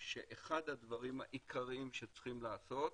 שאחד הדברים העיקריים שיש לעשות,